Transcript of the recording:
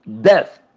death